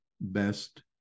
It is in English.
best